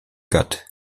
gut